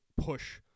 push